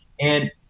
And-